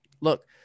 look